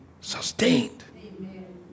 sustained